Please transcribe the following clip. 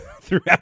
throughout